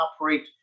operate